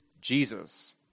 Jesus